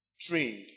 trained